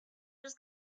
los